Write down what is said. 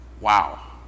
Wow